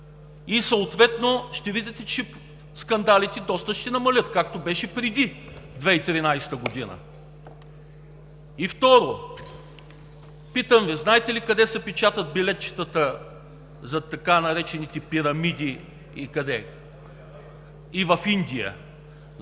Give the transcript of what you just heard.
и съответно ще видите, че скандалите доста ще намалеят, както беше преди 2013 г.! И, второ, питам Ви: знаете ли къде се печатат билетчетата за така наречените пирамиди? Къде?